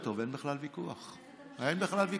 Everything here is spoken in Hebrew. הרבה יותר טוב, אין בכלל ויכוח.